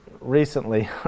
recently